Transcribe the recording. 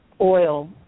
oil